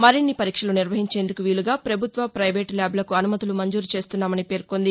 మరిన్ని పరీక్షలు నిర్వహించేందుకు వీలుగా ప్రభుత్వ ప్రైవేటు ల్యాబులకు అనుమతులు మంజూరు చేస్తున్నామని పేర్కొంది